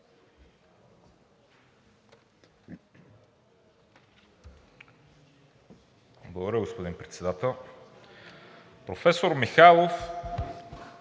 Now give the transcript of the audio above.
Благодаря, господин Председател. Професор Михайлов,